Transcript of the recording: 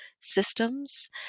systems